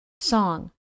Song